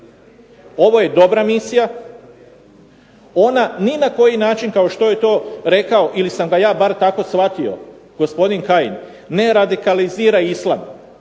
Ovo je dobra misija, ona ni na koji način kao što je to rekao, ili sam ga ja bar tako shvatio, gospodin Kajin, ne radikalizira islam.